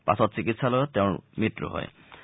পাছত চিকিৎসালয়ত তেওঁৰ মৃত্যু ঘটে